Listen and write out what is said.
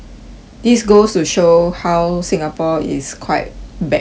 this goes to show how singapore is quite backwards